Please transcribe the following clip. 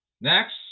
Next